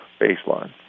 baseline